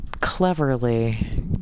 cleverly